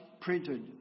printed